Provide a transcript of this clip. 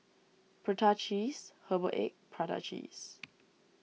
Prata Cheese Herbal Egg Prata Cheese